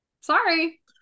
Sorry